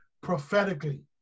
prophetically